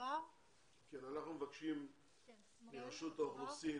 אנחנו מבקשים מרשות האוכלוסין